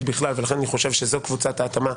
בכלל ולכן אני חושב שזו קבוצת ההתאמה,